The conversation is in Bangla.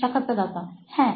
সাক্ষাৎকারদাতাহ্যাঁ